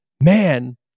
man